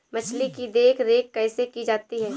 मछली की देखरेख कैसे की जाती है?